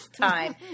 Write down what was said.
time